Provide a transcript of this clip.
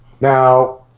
Now